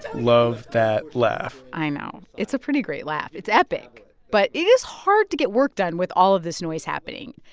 love that laugh i know. it's a pretty great laugh. it's epic. but it is hard to get work done with all of this noise happening.